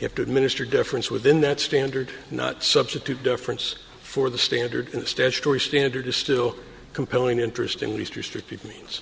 have to administer difference within that standard not substitute difference for the standard statutory standard is still compelling interesting least restrictive means